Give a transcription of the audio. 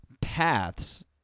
paths